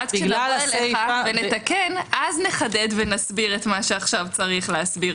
ואז כשנבוא אליך ונתקן אז נחדד ונסביר את מה שעכשיו צריך להסביר.